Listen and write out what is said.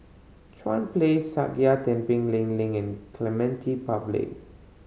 Chuan Place Sakya Tenphel Ling Ling and Clementi Public